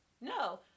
No